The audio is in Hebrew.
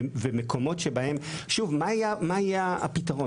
ושוב, מה יהיה הפתרון?